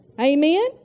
Amen